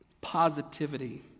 positivity